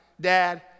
Dad